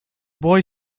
boy